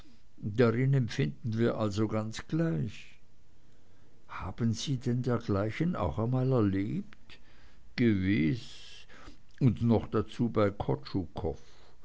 darin empfinden wir also ganz gleich haben sie denn dergleichen auch einmal erlebt gewiß und noch dazu bei